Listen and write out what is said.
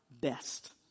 best